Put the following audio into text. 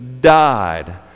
died